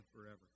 forever